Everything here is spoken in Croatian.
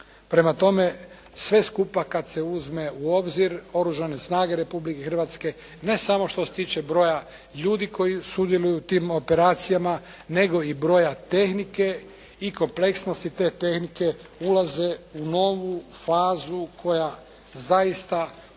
Prema tome, sve skupa kad se uzme u obzir Oružane snage Republike Hrvatske ne samo što se tiče broja ljudi koji sudjeluju u tim operacijama, nego i broja tehnike i kompleksnosti te tehnike ulaze u novu fazu koja zaista u